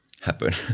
happen